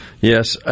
Yes